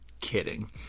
Kidding